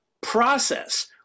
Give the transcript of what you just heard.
process